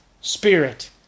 Spirit